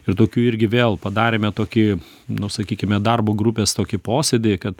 ir tokių irgi vėl padarėme tokį nu sakykime darbo grupės tokį posėdį kad